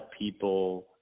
people